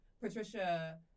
Patricia